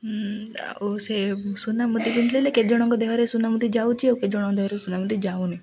ଆଉ ସେ ସୁନା ମୁଦି ପିନ୍ଧିଲେ କେତେ ଜଣଙ୍କ ଦେହରେ ସୁନା ମୁଦି ଯାଉଛି ଆଉ କେତ ଜଣଙ୍କ ଦେହରେ ସୁନା ମୁଦି ଯାଉନି